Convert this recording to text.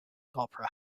opera